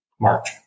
March